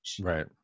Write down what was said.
Right